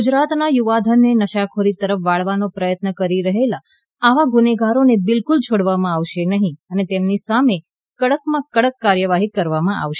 ગુજરાતના યુવાધનને નશાખોરી તરફ વાળવાનો પ્રયત્ન કરી રહેલા આવા ગુનેગારોને બિલકુલ છોડવામાં આવશે નહીં અને તેમની સામે કડકમાં કડક કાર્યવાહી કરવામાં આવશે